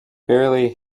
barely